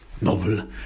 novel